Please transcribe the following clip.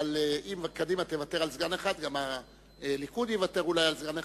אבל אם קדימה תוותר על סגן אחד,